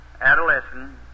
adolescent